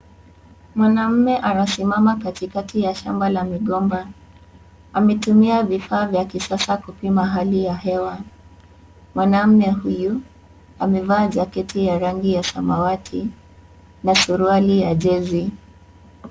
Mwanamume amesimama katikati ya shamba la migomba. Anatumia vifaa vya kisasa kupima hali ya hewa. Mwanamume huyu amevaa jaketi ya rangi ya samawati na suruali ya jezi.